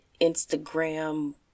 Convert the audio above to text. Instagram